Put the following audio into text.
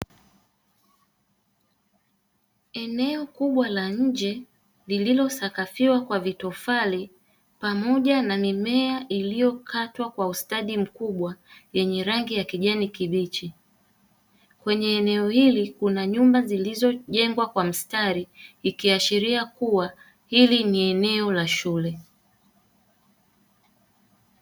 Eneo kubwa la nje lililosakafiwa kwa vitofali pamoja na mimea iliyokatwa kwa ustadi mkubwa yenye rangi ya kijani kibichi. Kwenye eneo hili kuna nyumba zilizojengwa kwa mstari ikiashiria kuwa hili ni eneo la shule.